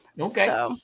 okay